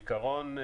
בעיקרון,